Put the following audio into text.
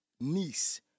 niece